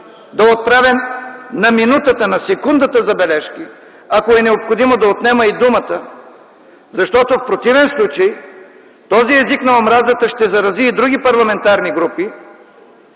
да отправя на минутата, на секундата забележки, а ако е необходимо, да отнема и думата. Защото в противен случай този език на омразата ще зарази и други парламентарни групи